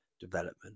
development